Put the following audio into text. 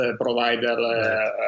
provider